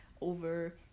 over